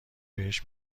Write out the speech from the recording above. بهش